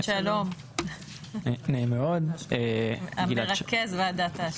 שלום, מרכז ועדת ההשקעות.